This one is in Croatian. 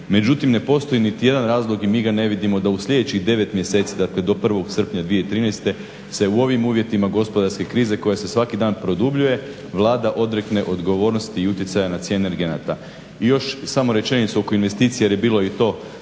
Međutim, ne postoji niti jedan razlog i mi ga ne vidimo da u sljedećih 9 mjeseci, dakle do 1. srpnja 2013. se u ovim uvjetima gospodarske krize koja se svaki dan produbljuje Vlada odrekne odgovornosti i uticaja na cijene energenata. I još samo rečenicu oko investicije, jer je bilo i to